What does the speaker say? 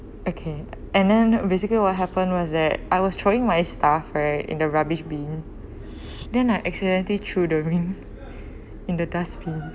okay and then basically what happened was that I was throwing my stuff right in the rubbish bin then I accidentally threw the ring in the dustbin